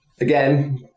Again